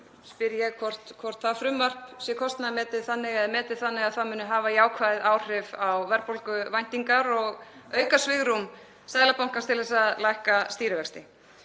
spyr ég hvort það frumvarp sé metið þannig að það muni hafa jákvæð áhrif á verðbólguvæntingar og auka svigrúm Seðlabankans til að lækka stýrivexti.